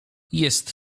jest